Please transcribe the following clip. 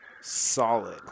Solid